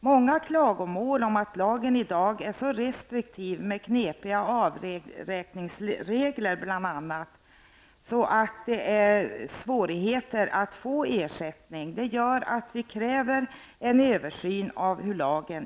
Många klagomål om att lagen i dag är så restriktiv gör att vi kräver en översyn av hur lagen egentligen fungerar. Den innehåller bl.a. knepiga avräkningsregler som gör att det uppstår svårigheter att få ersättning.